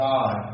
God